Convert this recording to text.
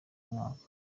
mwaka